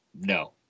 No